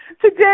Today